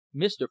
Mr